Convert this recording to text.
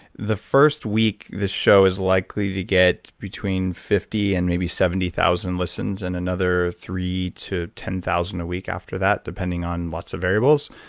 the first week this show is likely to get between fifty and maybe seventy thousand listens and another three to ten thousand a week after that, depending on lots of variables.